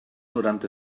noranta